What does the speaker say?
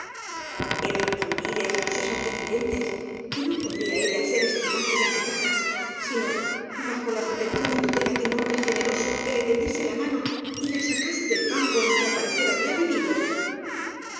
eran tan vi les sus antecedentes que no podría ella ser estima da y acatada sino bajo la protección y tutela de un hombre generoso que le tendiese la mano y la sa case del fango en que al parecer había vivido